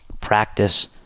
practice